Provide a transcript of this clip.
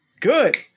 Good